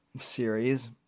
series